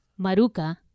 Maruka